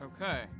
Okay